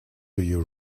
you